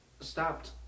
stopped